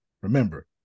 Remember